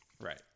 Right